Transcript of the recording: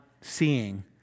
seeing